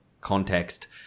context